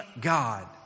God